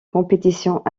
compétitions